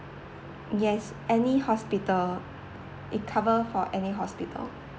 yes any hospital it cover for any hospital